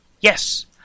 Yes